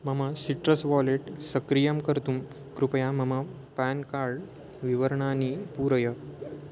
मम citrus wallet सक्रियं कर्तुं कृपया मम पेन् कार्ड् विवरणानि पूरय